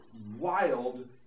wild